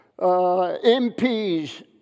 MPs